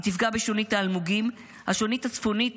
היא תפגע בשונית האלמוגים, השונית הצפונית